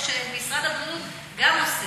או שמשרד הבריאות גם עושה?